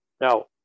Now